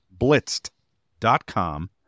blitzed.com